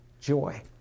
joy